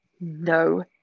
No